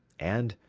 and,